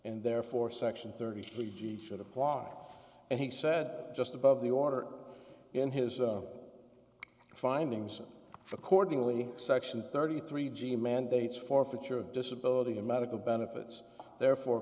and therefore section thirty three g should apply and he said just above the order in his findings accordingly section thirty three g mandates forfeiture of disability and medical benefits therefore